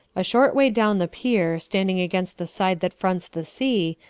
a short way down the pier, standing against the side that fronts the sea,